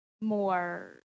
more